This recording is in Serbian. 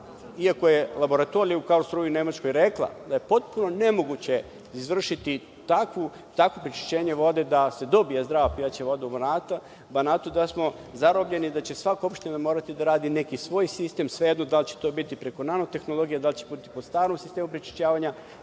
iako je laboratorija u Nemačkoj rekla da je potpuno nemoguće izvršiti takva prečišćenja vode da se dobije zdrava pijaća voda u Banatu, da smo zarobljeni i da će svaka opština morati da radi neki svoj sistem, svejedno da li će to biti preko nano tehnologije, da li će to biti po starom sistemu prečišćavanja,